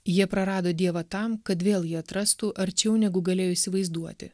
jie prarado dievą tam kad vėl jį atrastų arčiau negu galėjo įsivaizduoti